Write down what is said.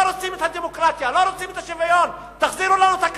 לא רוצים את הדמוקרטיה,